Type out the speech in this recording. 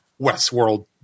Westworld